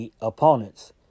opponents